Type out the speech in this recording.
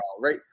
right